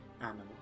animal